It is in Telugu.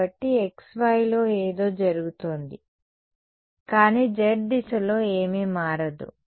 కాబట్టి xyలో ఏదో జరుగుతోంది కానీ z దిశలో ఏమీ మారదు